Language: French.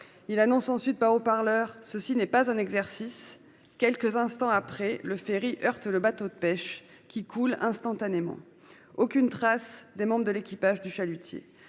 Il annonce ensuite par haut-parleur :« Ceci n'est pas un exercice ». Quelques instants après, le ferry heurte le bateau de pêche, qui coule instantanément. Aucune trace des membres de l'équipage du chalutier